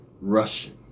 Russian